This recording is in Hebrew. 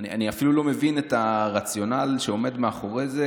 אני אפילו לא מבין את הרציונל שעומד מאחורי זה,